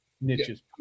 Niches